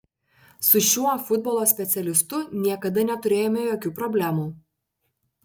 su šiuo futbolo specialistu niekada neturėjome jokių problemų